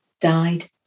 died